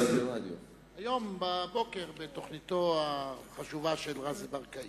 וגם משחקי רדיו